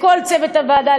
לכל צוות הוועדה,